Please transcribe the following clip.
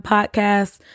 Podcast